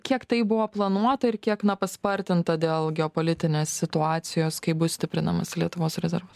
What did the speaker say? kiek tai buvo planuota ir kiek na paspartinta dėl geopolitinės situacijos kaip bus stiprinamas lietuvos rezervas